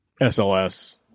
sls